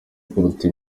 kuruta